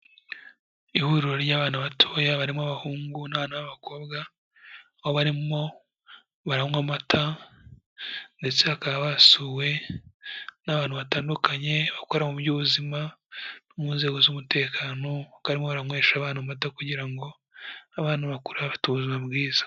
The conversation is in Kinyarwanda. Ihuriro ry'abana batoya barimo abahungu n'abana b'abakobwa, aho barimo baranywa amata ndetse bakaba basuwe n'abantu batandukanye bakora mu by'ubuzima, mu nzego z'umutekano bakaba barimo baraywesha abana amato kugira ngo abana bakure bafite ubuzima bwiza.